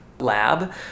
lab